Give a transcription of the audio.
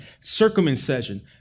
circumcision